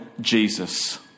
Jesus